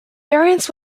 variants